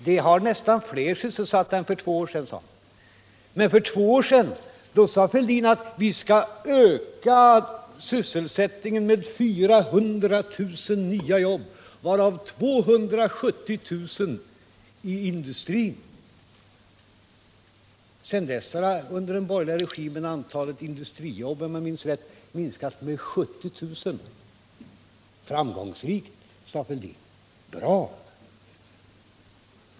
Vi har nästan fler sysselsatta i dag än för två år sedan, sade han. Men för två år sedan sade herr Fälldin: Vi skall öka sysselsättningen med 400000 nya jobb, varav 270000 inom industrin. Sedan dess har under den borgerliga regimen antalet industrijobb minskat med 70 000 om jag minns rätt. Framgångsrikt och bra, säger herr Fälldin.